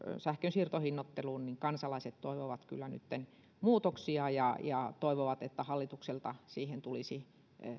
sähkönsiirtohinnoitteluun kansalaiset toivovat kyllä nytten muutoksia ja ja toivovat että hallitukselta siihen tulisi